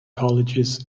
colleges